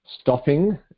stopping